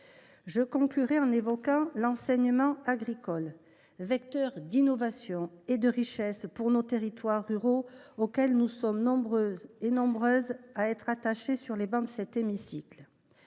Je conclurai en évoquant l’enseignement agricole, vecteur d’innovation et de richesse pour les territoires ruraux, auxquels nous sommes nombreux à être attachés sur les travées de cet hémicycle.